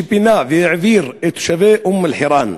שפינה והעביר את תושבי אום-אלחיראן,